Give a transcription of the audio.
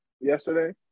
Yesterday